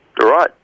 Right